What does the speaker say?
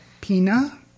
Pina